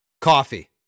coffee